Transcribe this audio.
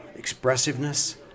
expressiveness